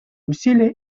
усилия